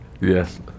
yes